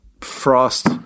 Frost